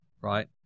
right